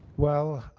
well,